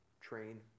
train